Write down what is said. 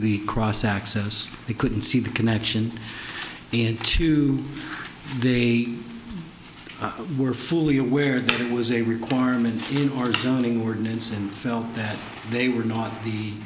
the cross access they couldn't see the connection and two they were fully aware that it was a requirement in order and felt that they were not the